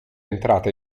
entrata